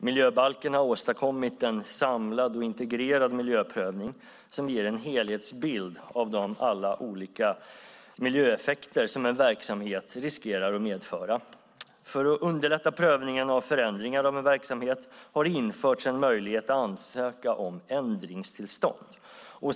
Miljöbalken har åstadkommit en samlad och integrerad miljöprövning som ger en helhetsbild av alla de olika miljöeffekter som en verksamhet riskerar att medföra. För att underlätta prövningen av förändringar av en verksamhet har det införts en möjlighet att ansöka om ändringstillstånd.